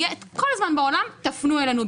יהיה את כל הזן בעולם ותפנו אלינו.